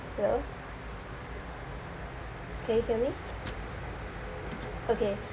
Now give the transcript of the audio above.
hello can you hear me ok